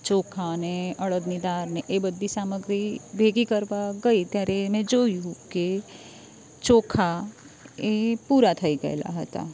ચોખા અને અડદની દાળ એ બધી સામગ્રી ભેગી કરવા ગઈ ત્યારે મે જોયું કે ચોખા એ પૂરા થઈ ગયેલા હતા